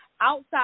outside